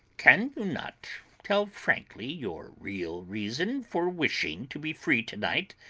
can you not tell frankly your real reason for wishing to be free to-night?